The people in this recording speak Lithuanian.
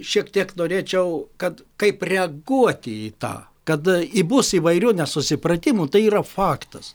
šiek tiek norėčiau kad kaip reaguoti į tą kad i bus įvairių nesusipratimų tai yra faktas